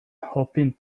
hoping